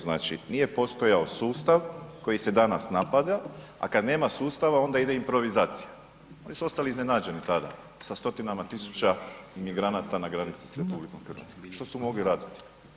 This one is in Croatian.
Znači, nije postojao sustav koji se danas napada, a kad nema sustava onda ide improvizacija, oni su ostali iznenađeni tada sa stotinama tisuća imigranata na granici s RH, što su mogli raditi?